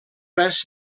res